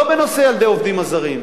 לא בנושא ילדי העובדים הזרים,